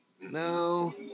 No